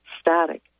static